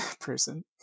person